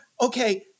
Okay